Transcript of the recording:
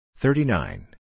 Thirty-nine